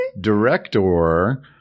director